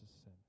sin